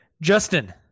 Justin